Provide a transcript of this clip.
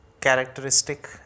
characteristic